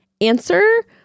answer